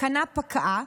התקנה פקעה,